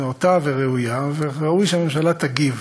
נאותה וראויה, וראוי שהממשלה תגיב,